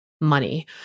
money